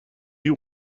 you